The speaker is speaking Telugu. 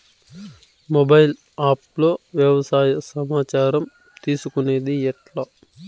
మొబైల్ ఆప్ లో వ్యవసాయ సమాచారం తీసుకొనేది ఎట్లా?